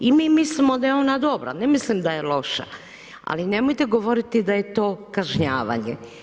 I mi mislimo da je ona dobra, ne mislim da je loša, ali nemojte govoriti da je to kažnjavanje.